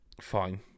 Fine